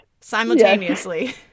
simultaneously